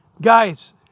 Guys